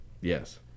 yes